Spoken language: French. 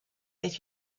est